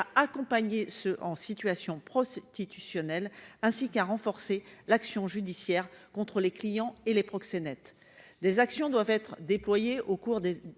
accompagner ceux en situation prostitutionnel, ainsi qu'à renforcer l'action judiciaire contre les clients et les proxénètes, des actions doivent être déployés au cours des